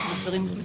אנחנו לא מפחדים.